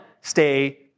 stay